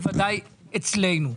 בוודאי אצלנו.